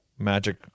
Magic